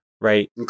right